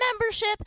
membership